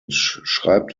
schreibt